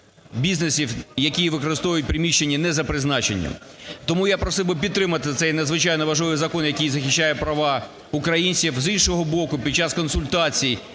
бізнесів, які використовують приміщення не за призначенням. Тому я просив би підтримати цей надзвичайно важливий закон, який захищає права українців. З іншого боку, під час консультацій